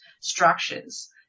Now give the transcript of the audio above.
structures